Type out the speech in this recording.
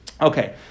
Okay